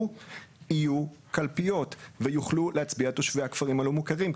יהיו קלפיות ויוכלו להצביע תושבי הכפרים הלא מוכרים,